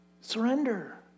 surrender